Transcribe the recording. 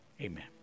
Amen